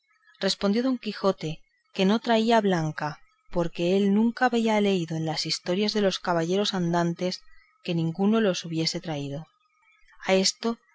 respondió don quijote que no traía blanca porque él nunca había leído en las historias de los caballeros andantes que ninguno los hubiese traído a esto